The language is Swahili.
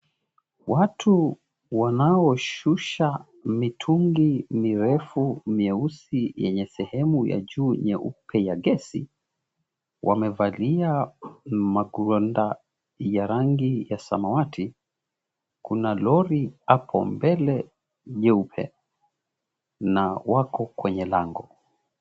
Watu wanaoshusha mitungi mirefu mieusi yenye sehemu ya juu nyeupe ya gesi, wamevalia magwanda ya rangi ya samawati. Kuna lori hapo mbele nyeupe, na wako kwenye lango.